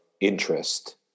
interest